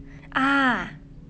ah